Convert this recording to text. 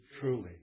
truly